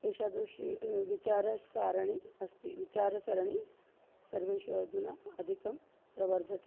एतादृशी विचारसरणि अस्ति विचारसरणि सर्वेषु अधुना अधिकं प्रवर्धते